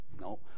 no